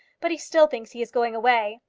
but he still thinks he is going away.